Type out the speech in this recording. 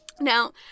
now